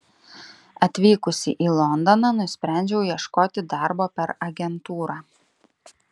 atvykusi į londoną nusprendžiau ieškoti darbo per agentūrą